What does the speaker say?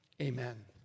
amen